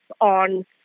on